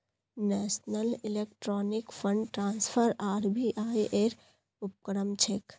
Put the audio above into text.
national electronic fund transfer RBI ऐर उपक्रम छेक